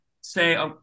say